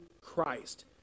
Christ